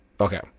Okay